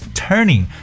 turning